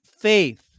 faith